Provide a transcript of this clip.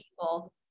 people